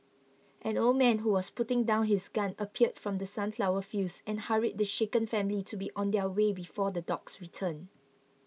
an old man who was putting down his gun appeared from the sunflower fields and hurried the shaken family to be on their way before the dogs return